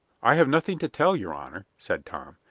i have nothing to tell, your honor, said tom,